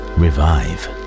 revive